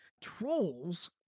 trolls